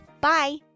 Bye